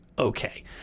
okay